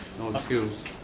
no excuse.